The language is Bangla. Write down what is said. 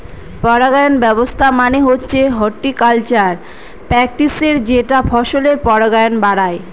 পরাগায়ন ব্যবস্থা মানে হচ্ছে হর্টিকালচারাল প্র্যাকটিসের যেটা ফসলের পরাগায়ন বাড়ায়